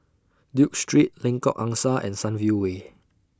Duke Street Lengkok Angsa and Sunview Way